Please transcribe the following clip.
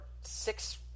six